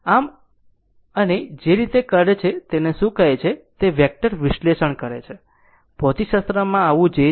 આમ અને જે રીતે કરે છે તેને શું કહે છે તે વેક્ટર વિશ્લેષણ કરે છે ભૌતિકશાસ્ત્રમાં આવું j છે